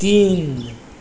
तिन